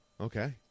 Okay